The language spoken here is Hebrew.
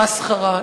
למסחרה,